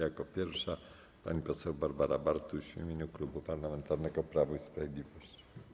Jako pierwsza pani poseł Barbara Bartuś w imieniu Klubu Parlamentarnego Prawo i Sprawiedliwość.